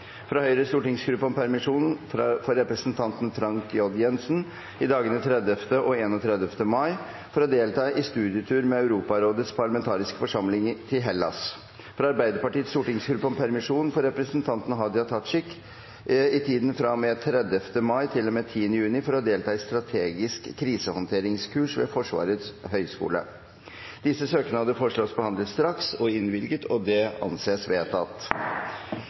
fra Høyres stortingsgruppe om permisjon for representanten Frank J. Jenssen i dagene 30. og 31. mai for å delta i studietur med Europarådets parlamentariske forsamling til Hellas fra Arbeiderpartiets stortingsgruppe om permisjon for representanten Hadia Tajik i tiden fra og med 30. mai til og med 10. juni for å delta i strategisk krisehåndteringskurs ved Forsvarets høgskole Disse søknader foreslås behandlet straks og innvilget. – Det anses vedtatt.